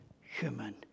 human